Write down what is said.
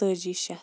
اَکتٲجی شیٚتھ